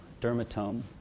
Dermatome